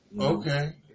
Okay